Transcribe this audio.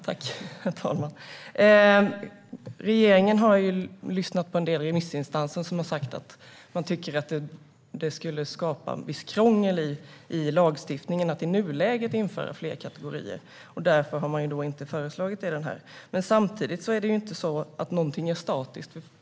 Herr talman! Regeringen har lyssnat på en del remissinstanser. Där har framkommit att det skulle skapa ett visst krångel i lagstiftningen att i nuläget införa fler kategorier. Därför har det inte föreslagits i propositionen. Samtidigt är inte någonting statiskt.